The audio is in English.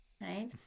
Right